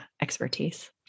expertise